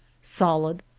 solid,